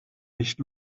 nicht